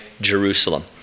Jerusalem